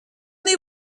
they